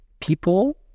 People